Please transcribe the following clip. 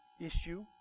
issue